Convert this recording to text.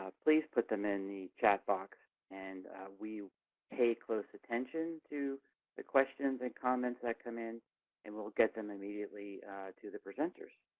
ah please put them in the chat box and we pay close attention to the questions and comments that come in and we'll get them immediately to the presenters.